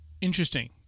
Interesting